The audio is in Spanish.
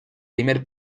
primer